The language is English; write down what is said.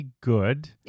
good